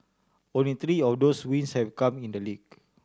only three of those wins have come in the league